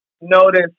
notice